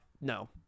no